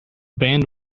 band